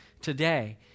today